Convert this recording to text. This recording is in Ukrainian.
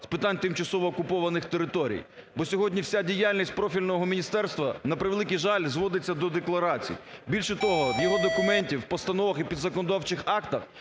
з питань тимчасово окупованих територій, бо сьогодні вся діяльність профільного міністерства, на превеликий жаль, зводиться до декларацій. Більше того, в його документах, постановах і підзаконодавчих актах